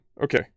Okay